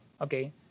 okay